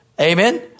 Amen